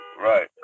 right